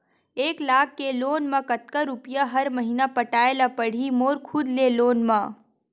एक लाख के लोन मा कतका रुपिया हर महीना पटाय ला पढ़ही मोर खुद ले लोन मा?